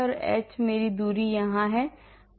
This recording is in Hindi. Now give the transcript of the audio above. h मेरी दूरी यहाँ है